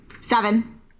Seven